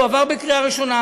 הוא עבר בקריאה ראשונה,